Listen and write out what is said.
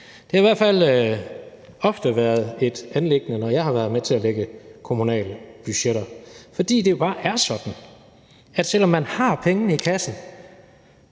Det har i hvert fald ofte været et anliggende, når jeg har været med til at lægge kommunale budgetter, fordi det jo bare er sådan, at selv om man har pengene i kassen,